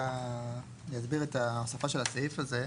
רק אני אסביר את השפה של הסעיף הזה.